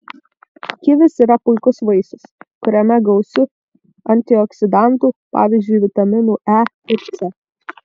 kivis yra puikus vaisius kuriame gausu antioksidantų pavyzdžiui vitaminų e ir c